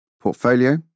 portfolio